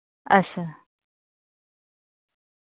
अच्छा